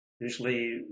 Usually